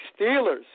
Steelers